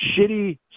shitty